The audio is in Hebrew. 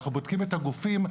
אנחנו בודקים את הגופים,